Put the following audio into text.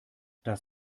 das